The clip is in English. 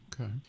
Okay